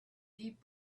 deep